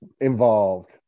involved